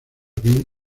bien